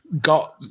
got